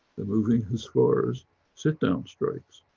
the moving scores sit down strikes,